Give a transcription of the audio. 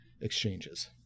exchanges